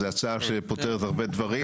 זו הצעה שפותרת הרבה דברים.